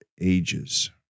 ages